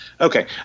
Okay